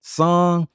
song